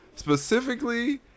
Specifically